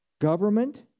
government